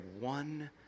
one